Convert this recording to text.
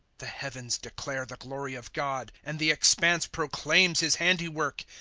the heavens declare the glory of god, and the expanse proclaims his handiwork.